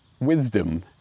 wisdom